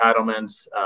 entitlements